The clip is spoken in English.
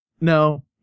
No